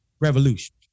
revolution